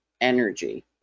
energy